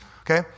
okay